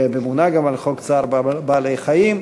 חוק צער בעלי-חיים.